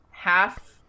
half